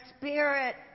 spirit